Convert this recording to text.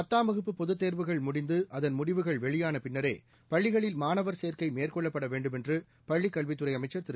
பத்தாம் வகுப்பு பொதுத் தேர்வுகள் முடிந்து அதன் முடிவுகள் வெளியான பின்னரே பள்ளிகளில் மாணவர் சேர்க்கை மேற்கொள்ளப்பட வேண்டுமென்று பள்ளிக்கல்வித்துறை அமைச்சர் திரு